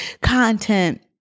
content